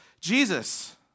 Jesus